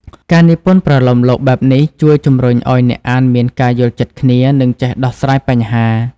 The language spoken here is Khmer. ការនិពន្ធប្រលោមលោកបែបនេះជួយជំរុញឲ្យអ្នកអានមានការយល់ចិត្តគ្នា និងចេះដោះស្រាយបញ្ហា។